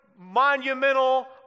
monumental